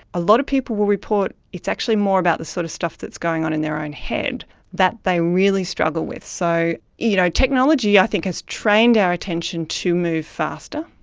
a lot of people will report it's actually more about the sort of stuff that is going on in their own head that they really struggle with. so you know technology i think has trained our attention to move faster,